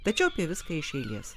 tačiau apie viską iš eilės